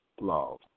law